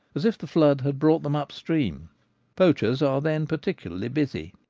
as if the flood had brought them up-stream poachers are then particularly busy.